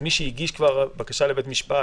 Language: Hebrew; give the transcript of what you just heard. מי שהגיש בקשה לבית משפט,